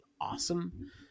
awesome